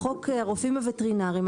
בחוק הרופאים הווטרינרים,